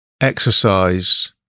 exercise